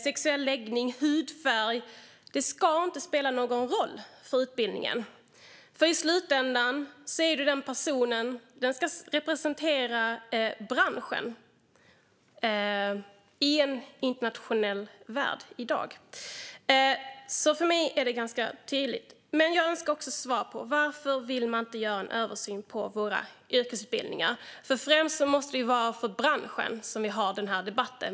Sexuell läggning eller hudfärg ska inte heller spela någon roll för utbildningen. I slutändan ska ju denna person representera branschen i en internationell värld i dag. För mig är det ganska tydligt. Jag önskar svar på varför man inte vill göra en översyn av våra yrkesutbildningar. Främst måste det ju vara för branschen som vi har denna debatt.